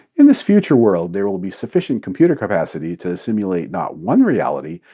in this future world, there will be sufficient computer capacity to simulate not one reality,